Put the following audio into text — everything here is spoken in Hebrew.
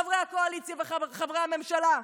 חברי הקואליציה וחברי הממשלה?